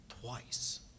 twice